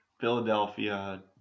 Philadelphia